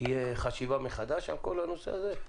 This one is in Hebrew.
תהיה חשיבה מחדש על כל הנושא הזה?